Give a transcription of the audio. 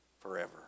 forever